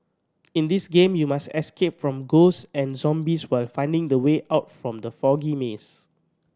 in this game you must escape from ghost and zombies while finding the way out from the foggy maze